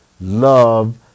love